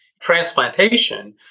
transplantation